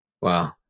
Wow